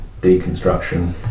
deconstruction